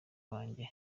wanjye